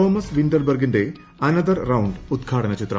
Thomas വിന്റർ ബർഗിന്റെ another round ഉദ്ഘാടന ചിത്രം